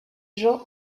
jean